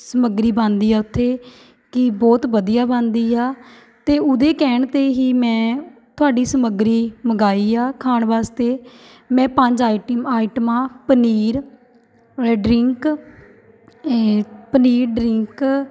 ਸਮੱਗਰੀ ਬਣਦੀ ਆ ਉੱਥੇ ਕਿ ਬਹੁਤ ਵਧੀਆ ਬਣਦੀ ਆ ਅਤੇ ਉਹਦੇ ਕਹਿਣ 'ਤੇ ਹੀ ਮੈਂ ਤੁਹਾਡੀ ਸਮੱਗਰੀ ਮੰਗਾਈ ਆ ਖਾਣ ਵਾਸਤੇ ਮੈਂ ਪੰਜ ਆਈਟ ਆਈਟਮਾਂ ਪਨੀਰ ਰ ਡਰਿੰਕ ਪਨੀਰ ਡਰਿੰਕ